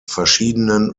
verschiedenen